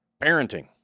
Parenting